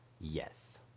yes